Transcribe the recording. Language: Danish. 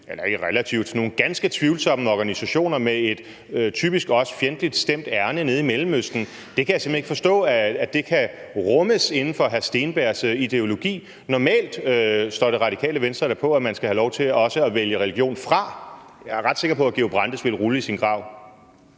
halalcertificering hos nogle ganske tvivlsomme organisationer med et typisk også fjendtligt stemt ærinde nede i Mellemøsten, kan jeg simpelt hen ikke forstå kan rummes inden for hr. Steenbergs ideologi. Normalt står Det Radikale Venstre da fast på, at man skal have lov til også at vælge religion fra. Jeg er ret sikker på, at Georg Brandes ville vende sig i sin grav.